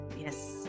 yes